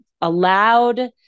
allowed